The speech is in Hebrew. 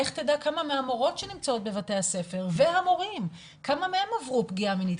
לך תדע כמה מהמורות שנמצאות בבתי הספר והמורים עברו פגיעה מינית,